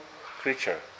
creature